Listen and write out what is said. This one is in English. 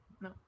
no